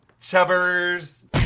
chubbers